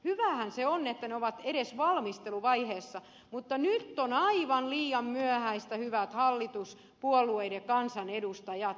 hyvähän se on että ne ovat edes valmisteluvaiheessa mutta nyt on aivan liian myöhäistä hyvät hallituspuolueiden kansanedustajat